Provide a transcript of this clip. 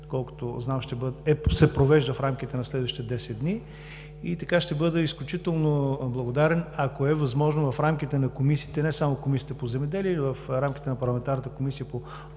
доколкото знам, ще се проведе в рамките на следващите 10 дни. Ще бъда изключително благодарен, ако е възможно в рамките на комисиите, не само Комисията по земеделие, а и в рамките на парламентарната Комисия по